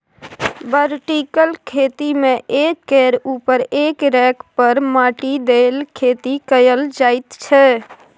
vertical खेती मे एक केर उपर एक रैक पर माटि दए खेती कएल जाइत छै